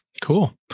Cool